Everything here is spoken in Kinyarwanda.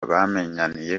bamenyaniye